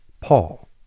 Paul